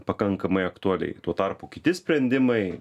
pakankamai aktualiai tuo tarpu kiti sprendimai